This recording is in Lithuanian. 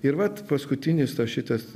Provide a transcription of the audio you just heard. ir vat paskutinis tas šitas